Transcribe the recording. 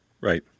Right